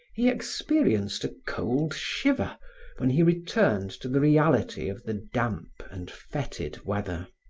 he experienced a cold shiver when he returned to the reality of the damp and fetid weather.